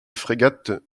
frégates